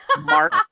Mark